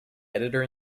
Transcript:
editor